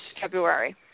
February